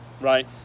right